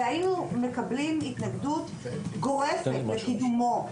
ושהיינו מקבלים התנגדות גורפת לקידומו,